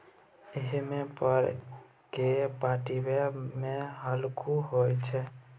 एहिमे फर केँ पटाएब मे हल्लुक होइ छै